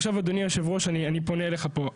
עכשיו אדוני יושב הראש, אני פונה אליך פה.